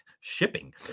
shipping